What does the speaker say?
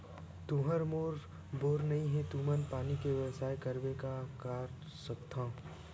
तुहर मेर बोर नइ हे तुमन पानी के बेवस्था करेबर का कर सकथव?